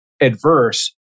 adverse